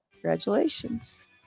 Congratulations